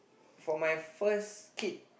for my first kid